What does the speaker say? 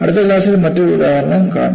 അടുത്ത ക്ലാസ്സിൽ മറ്റൊരു ഉദാഹരണം കാണും